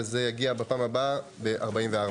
וזה יגיע בפעם הבאה ב-44.